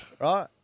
Right